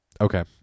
okay